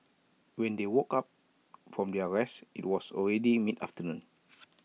when they woke up from their rest IT was already mid afternoon